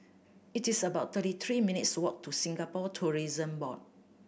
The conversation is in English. it's about thirty three minutes' walk to Singapore Tourism Board